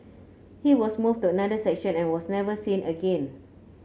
he was moved to another section and was never seen again